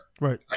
Right